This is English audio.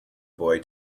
boy